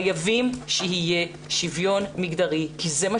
חייבים שיהיה שוויון מגדרי כי זה מה